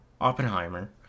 Oppenheimer